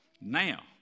now